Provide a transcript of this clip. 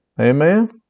Amen